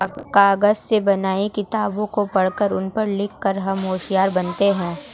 कागज से बनी किताबों को पढ़कर उन पर लिख कर हम होशियार बनते हैं